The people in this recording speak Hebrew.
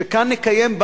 שנקיים כאן,